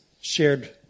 shared